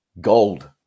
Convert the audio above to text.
gold